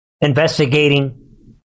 investigating